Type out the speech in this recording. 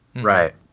Right